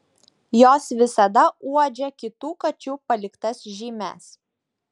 jos visada uodžia kitų kačių paliktas žymes